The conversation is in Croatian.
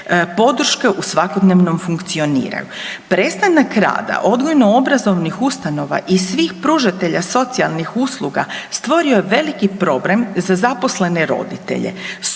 podrške u svakodnevnom funkcioniranju. Prestanak rada odgojno obrazovnih ustanova i svih pružatelja socijalnih usluga stvorio je veliki problem za zaposlene roditelje